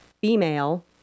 female